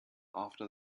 after